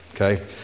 okay